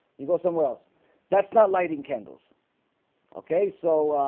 you go somewhere else that's not lighting candles okay, so